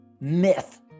myth